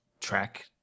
track